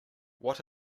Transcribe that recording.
what